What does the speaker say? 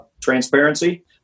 transparency